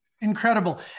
incredible